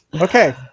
Okay